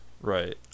Right